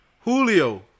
Julio